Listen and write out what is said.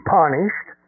punished